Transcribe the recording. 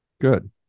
good